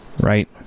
right